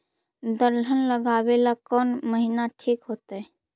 दलहन लगाबेला कौन महिना ठिक होतइ?